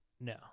No